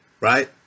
right